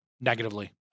negatively